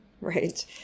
right